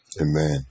Amen